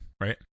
right